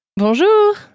Bonjour